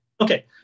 okay